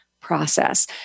process